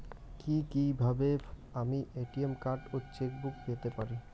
কি কিভাবে আমি এ.টি.এম কার্ড ও চেক বুক পেতে পারি?